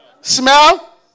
smell